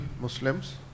Muslims